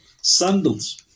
sandals